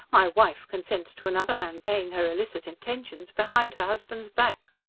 my wife consents to another man paying her illicit attentions behind her husband's back!